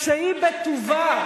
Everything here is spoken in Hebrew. שהיא בטובה,